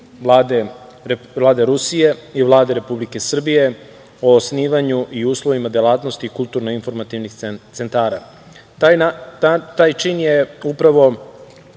Vlade Rusije i Vlade Republike Srbije o osnivanju i uslovima delatnosti i kulturno-informativnih centara. Taj čin je upravo